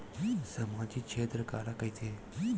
सामजिक क्षेत्र काला कइथे?